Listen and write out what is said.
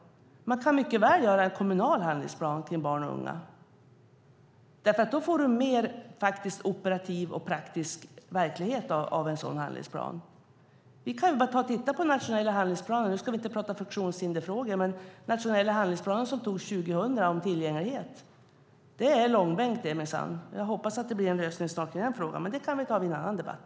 Det går mycket väl att göra en kommunal handlingsplan för barn och unga. Det blir mer operativ och praktisk verklighet av en sådan handlingsplan. Vi ska inte här tala om funktionshinder, men titta på den nationella handlingsplanen som antogs 2000 om tillgänglighet. Det är minsann långbänk. Jag hoppas att det blir en lösning snart i den frågan, men den frågan kan vi diskutera i en annan debatt.